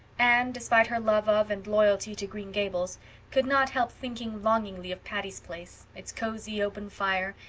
anne, despite her love of and loyalty to green gables could not help thinking longingly of patty's place, its cosy open fire,